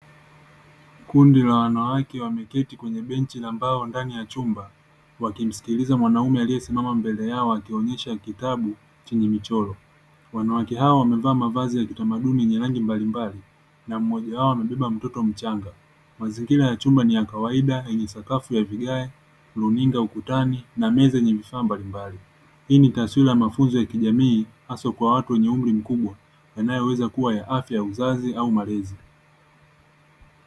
Kundi la wanawake wameketi kwenye benchi la mbao ndani ya chumba wakimsikiliza mwanaume aliyesimama mbele yao akiwaonyesha kitabu chenye michoro. Wanawake hao wamevaa mavazi ya kiutamaduni na mmoja wao amebeba mtoto mchanga. Hii ni taswira ya mafunzo ya kijamii yanayoweza kuwa ya afya ya uzazi au malezi.